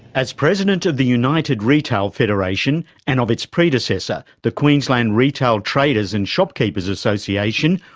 as president of the united retail federation and of its predecessor, the queensland retail traders and shopkeepers association,